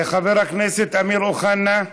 חבר הכנסת אמיר אוחנה,